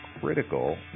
critical